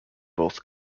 both